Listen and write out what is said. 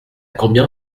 combien